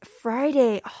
Friday